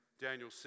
Daniel